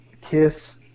Kiss